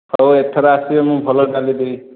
ହଉ ଏଥର ଆସିବେ ମୁଁ ଭଲ ଡାଲି ଦେବି